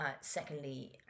secondly